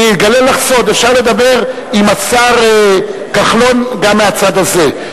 אני אגלה לך סוד: אפשר לדבר עם השר כחלון גם מהצד הזה.